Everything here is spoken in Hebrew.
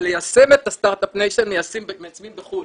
אבל ליישם את הסטרטאפ ניישן מיישמים בחו"ל.